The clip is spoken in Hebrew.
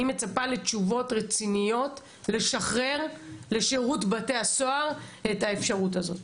אני מצפה לתשובות רציניות לשחרר לשירות בתי הסוהר את האפשרות הזאת.